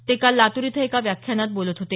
ते काल लातूर इथं एका व्याख्यानात बोलत होते